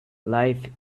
life